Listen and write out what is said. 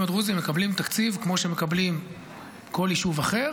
היישובים הדרוזיים מקבלים תקציב כמו שמקבל כל יישוב אחר.